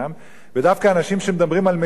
ודווקא אנשים שמדברים על משילות,